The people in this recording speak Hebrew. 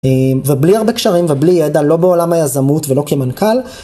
ובלי הרבה קשרים ובלי ידע, לא בעולם היזמות ולא כמנכ"ל.